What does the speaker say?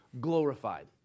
glorified